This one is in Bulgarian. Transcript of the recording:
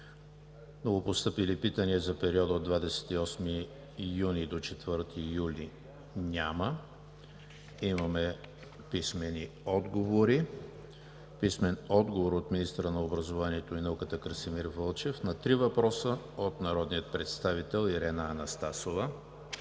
Новопостъпили питания за периода 28 юни – 4 юли 2019 г. няма. Имаме писмени отговори от: - министъра на образованието и науката Красимир Вълчев на три въпроса от народния представител Ирена Анастасова;